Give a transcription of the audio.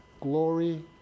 glory